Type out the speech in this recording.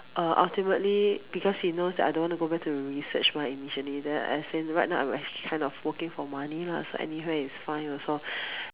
uh ultimately because he knows that I don't want to go back to the research mah initially then as in right now I am actually kind of working for money lah so anywhere is fine also